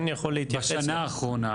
בשנה האחרונה.